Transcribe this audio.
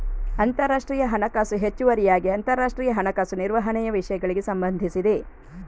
ಅಂತರರಾಷ್ಟ್ರೀಯ ಹಣಕಾಸು ಹೆಚ್ಚುವರಿಯಾಗಿ ಅಂತರರಾಷ್ಟ್ರೀಯ ಹಣಕಾಸು ನಿರ್ವಹಣೆಯ ವಿಷಯಗಳಿಗೆ ಸಂಬಂಧಿಸಿದೆ